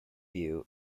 view